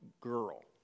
girl